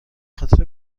خاطر